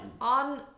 On